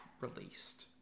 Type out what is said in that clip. released